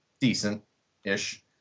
decent-ish